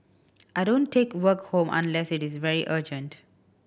I don't take work home unless it is very urgent